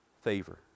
favor